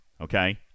okay